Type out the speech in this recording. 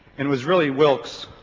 and it was really wilkes